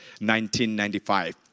1995